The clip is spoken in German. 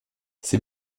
sie